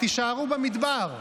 תישארו במדבר.